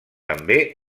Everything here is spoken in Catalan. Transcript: també